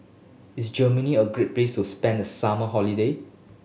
is Germany a great place to spend the summer holiday